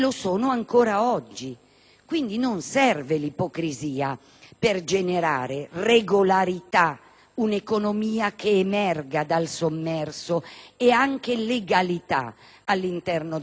Quindi non serve l'ipocrisia per generare regolarità, un'economia che emerga dal sommerso, ed anche legalità all'interno del nostro Paese.